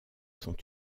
sont